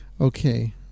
Okay